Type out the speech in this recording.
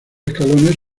escalones